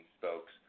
folks